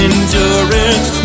Endurance